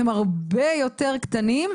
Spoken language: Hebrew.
הם הרבה יותר קטנים,